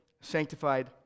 sanctified